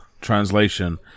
translation